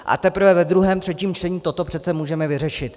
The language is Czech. A teprve ve druhém, třetím čtení toto přece můžeme vyřešit.